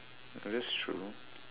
that's true